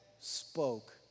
spoke